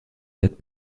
date